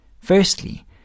Firstly